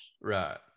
right